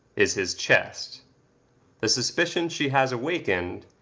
is his chest the suspicion she has awakened,